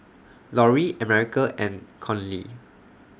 Loree America and Conley